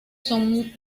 son